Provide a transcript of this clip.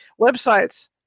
Websites